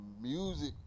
music